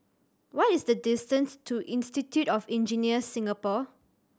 what is the distance to Institute of Engineers Singapore